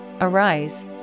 arise